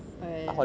oh ya ya ya